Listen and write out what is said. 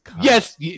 Yes